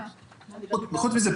וחוץ מזה,